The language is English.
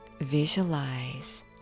Visualize